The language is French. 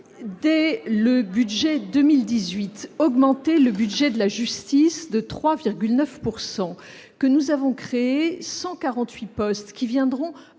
dès le budget 2018, augmenter le budget de la justice, de 3,9 pourcent que nous avons créé 148 postes qui viendront